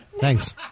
thanks